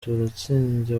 turatsinze